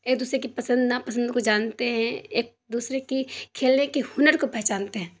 ایک دوسرے کی پسند ناپسند کو جانتے ہیں ایک دوسرے کی کھیلنے کی ہنر کو پہچانتے ہیں